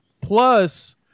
Plus